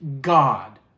God